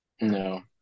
No